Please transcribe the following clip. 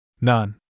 None